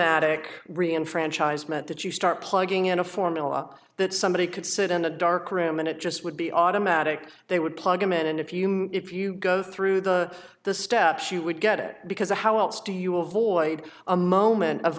automatic rian franchise meant that you start plugging in a formula that somebody could sit in a dark room and it just would be automatic they would plug them in and if you if you go through the the steps you would get it because how else do you avoid a moment of